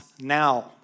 now